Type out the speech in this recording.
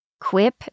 Quip